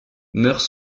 meurent